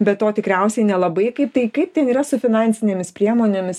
be to tikriausiai nelabai kaip tai kaip ten yra su finansinėmis priemonėmis